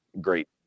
great